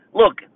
look